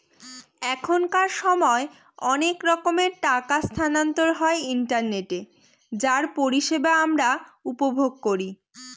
এখনকার সময় অনেক রকমের টাকা স্থানান্তর হয় ইন্টারনেটে যার পরিষেবা আমরা উপভোগ করি